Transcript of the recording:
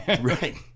right